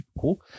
cool